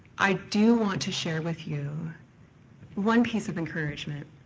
i do want to share with you one piece of encouragement.